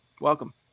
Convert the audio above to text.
Welcome